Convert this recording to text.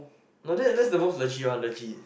no that's that's the most legit one legit